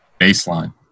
baseline